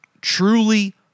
Truly